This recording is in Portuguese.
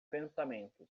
pensamentos